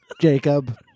Jacob